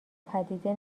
پدیده